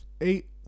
eight